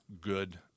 good